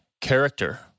character